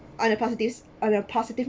on a positive on a positive